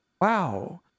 Wow